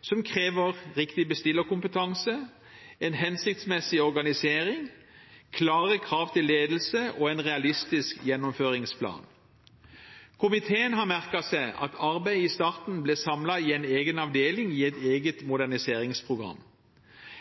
som krever riktig bestillerkompetanse, en hensiktsmessig organisering, klare krav til ledelse og en realistisk gjennomføringsplan. Komiteen har merket seg at arbeidet i starten ble samlet i en egen avdeling, i et eget moderniseringsprogram.